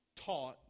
taught